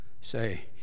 say